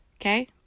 Okay